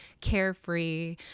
carefree